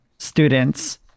Students